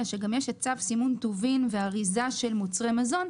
אלא שגם יש צו סימון טובין ואריזה של מוצרי מזון,